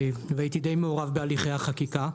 והייתי די מעורב בהליכי החקיקה.